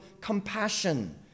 compassion